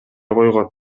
койгон